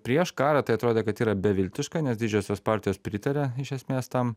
prieš karą tai atrodė kad yra beviltiška nes didžiosios partijos pritaria iš esmės tam